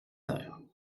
heures